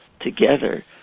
together